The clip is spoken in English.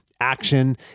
action